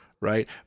right